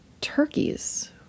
turkeys